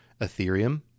Ethereum